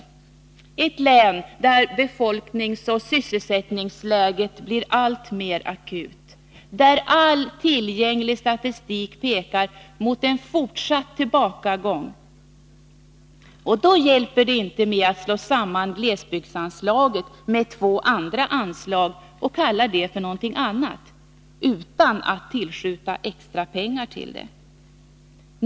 I ett län där befolkningsoch sysselsättningsläget blir alltmer akut, där all tillgänglig statistik pekar mot en fortsatt tillbakagång, hjälper det inte med att slå samman glesbygdsanslaget med två andra anslag och kalla det för något annat, utan att tillskjuta extra pengar till det.